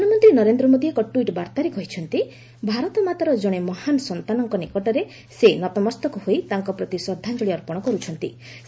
ପ୍ରଧାନମନ୍ତ୍ରୀ ନରେନ୍ଦ୍ର ମୋଦି ଏକ ଟ୍ୱିଟ୍ ବାର୍ଭାରେ କହିଛନ୍ତି ଭାରତମାତାର କଣେ ମହାନ୍ ସନ୍ତାନଙ୍କ ନିକଟରେ ସେ ନତମସ୍ତକ ହୋଇ ତାଙ୍କ ପ୍ରତି ଶ୍ରଦ୍ଧାଞ୍ଜଳି ଅର୍ପଣ କର୍ଚ୍ଚ ନ୍ତି